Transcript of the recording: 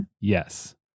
Yes